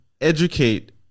educate